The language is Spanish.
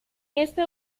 este